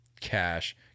Cash